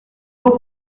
mois